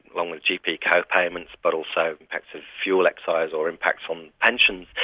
along with gp co-payments but also impacts of fuel excise or impacts on pensions,